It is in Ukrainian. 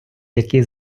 який